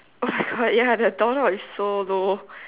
oh my God ya the door knob is so low